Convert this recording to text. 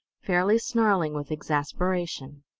fairly snarling with exasperation.